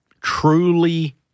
truly